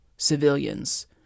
Civilians